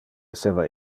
esseva